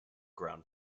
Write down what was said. ground